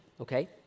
okay